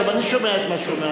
גם אני שומע את מה שהוא אומר,